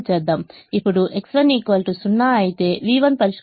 ఇప్పుడు X1 0 అయితే v1 పరిష్కారంలో ఉంటుంది